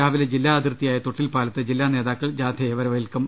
രാവിലെ ജില്ലാ അതിർത്തിയായ തൊട്ടിൽപാലത്ത് ജില്ലാ നേതാക്കൾ ജാഥയെ വരവേൽക്കും